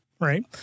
right